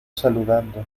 saludando